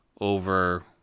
over